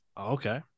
Okay